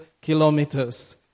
kilometers